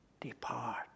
Depart